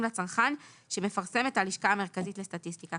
לצרכן שמפרסמת הלשכה המרכזית לסטטיסטיקה,